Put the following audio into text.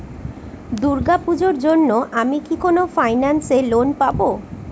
দূর্গা পূজোর জন্য আমি কি কোন ফাইন্যান্স এ লোন পাবো?